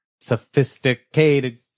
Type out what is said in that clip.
sophisticated